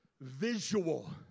visual